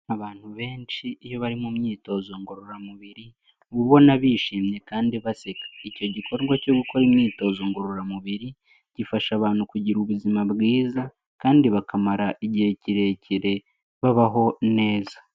Abantu benshi iyo bari mu myitozo ngororamubiri, uba ubona bishimye kandi baseka, icyo gikorwa cyo gukora imyitozo ngororamubiri gifasha abantu kugira ubuzima bwiza kandi bakamara igihe kirekire babaho neza.